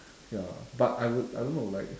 ya but I would I don't know like